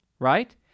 right